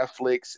Netflix